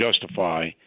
justify